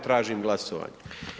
Tražim glasovanje.